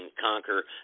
conquer